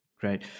Great